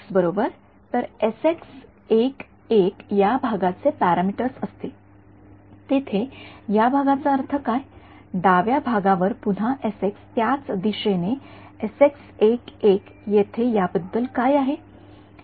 बरोबर तर या भागाचे पॅरामीटर्स असतील येथे या भागाचा अर्थ काय डाव्या भागावर पुन्हा त्याच दिशेने येथे याबद्दल काय आहे